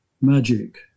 magic